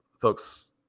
folks